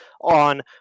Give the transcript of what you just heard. on